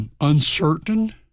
uncertain